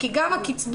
כי גם הקצבה,